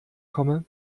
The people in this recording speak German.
komme